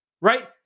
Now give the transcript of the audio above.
Right